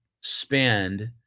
spend